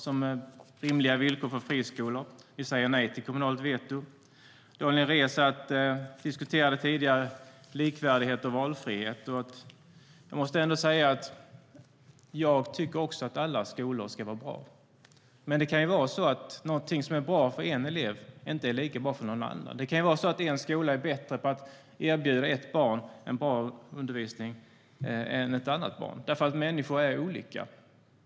Det gäller rimliga villkor för friskolor. Vi säger nej till kommunalt veto. Daniel Riazat diskuterade tidigare likvärdighet och valfrihet. Också jag tycker att alla skolor ska vara bra. Men det kan vara så att någonting som är bra för en elev inte är lika bra för någon annan. Det kan vara så en skola är bättre på att erbjuda ett barn en bra undervisning än att erbjuda ett annat barn det. Människor är olika.